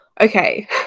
okay